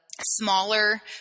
smaller